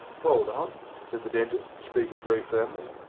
hold on, said the dentist, speaking very firmly.